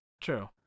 True